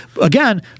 Again